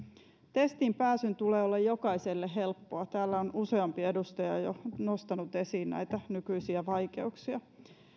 testiin pääsyn tulee olla jokaiselle helppoa täällä on jo useampi edustaja nostanut esiin näitä nykyisiä vaikeuksia